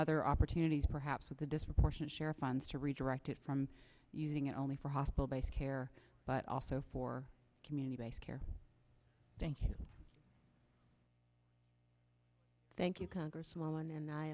other opportunities perhaps with the disproportionate share funds to redirect it from using it only for hospital based care but also for community based care thank you thank you congresswoman and i